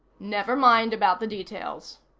never mind about the details,